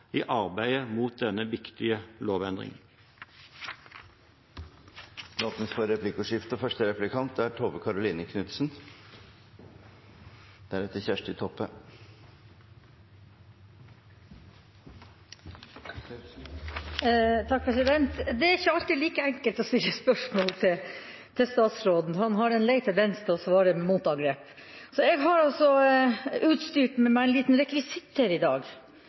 i arbeidet for denne viktige lovendringen. Det blir replikkordskifte. Det er ikke alltid like enkelt å stille spørsmål til statsråden. Han har en lei tendens til å svare med motangrep. Så jeg har utstyrt meg med en liten rekvisitt her i dag.